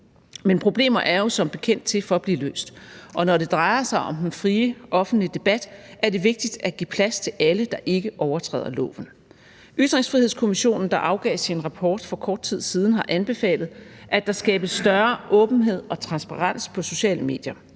Men problemer er jo som bekendt til for at blive løst, og når det drejer sig om den frie offentlige debat, er det vigtigt at give plads til alle, der ikke overtræder loven. Ytringsfrihedskommissionen, der afgav sin rapport for kort tid siden, har anbefalet, at der skabes større åbenhed og transparens på sociale medier.